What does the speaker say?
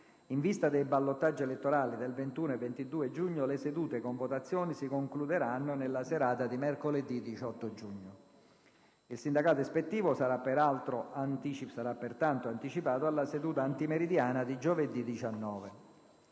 In vista dei ballottaggi elettorali del 21 e 22 giugno, le sedute con votazioni si concluderanno nella serata di mercoledì 17 giugno. Il sindacato ispettivo sarà pertanto anticipato alla seduta antimeridiana di giovedì 18.